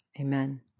Amen